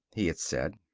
he had said.